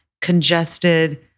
congested